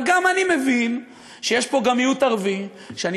אבל גם אני מבין שיש פה גם מיעוט ערבי שאני